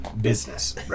Business